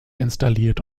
installiert